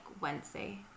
Wednesday